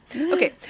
Okay